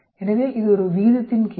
எனவே இது ஒரு விகிதத்தின் கேள்வி